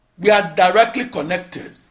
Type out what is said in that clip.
were directly connected.